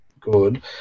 good